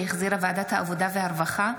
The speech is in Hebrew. שהחזירה ועדת העבודה והרווחה.